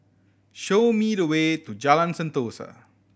show me the way to Jalan Sentosa